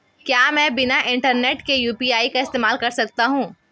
क्या मैं बिना इंटरनेट के यू.पी.आई का इस्तेमाल कर सकता हूं?